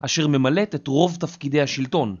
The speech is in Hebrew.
אשר ממלאת את רוב תפקידי השלטון.